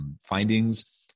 findings